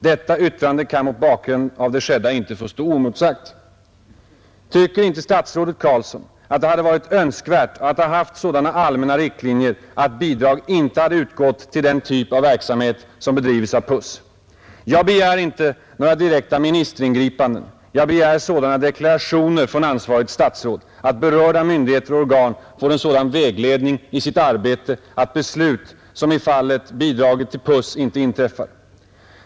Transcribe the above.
Detta yttrande kan mot bakgrund av det skedda inte få stå oemotsagt. Tycker inte statsrådet att det hade varit önskvärt att ha haft sådana allmänna riktlinjer att bidrag inte hade utgått till den typ av verksamhet som bedrives av Puss? Jag begär inte några direkta ministeringripanden men jag begär sådana deklarationer från ansvarigt statsråd att berörda myndigheter och organ får en sådan vägledning i sitt arbete att beslut som i fallet bidraget till Puss inte inträffar.